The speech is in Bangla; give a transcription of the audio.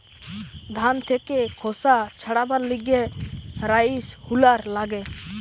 ধান থেকে খোসা ছাড়াবার লিগে রাইস হুলার লাগে